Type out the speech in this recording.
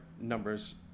numbers